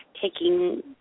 taking